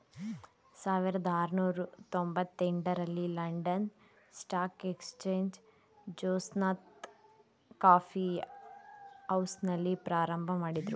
ಸಾವಿರದ ಆರುನೂರು ತೊಂಬತ್ತ ಎಂಟ ರಲ್ಲಿ London Stock Exchange Jonathan's coffee ಹೌಸ್ನಲ್ಲಿ ಪ್ರಾರಂಭಮಾಡಿದ್ರು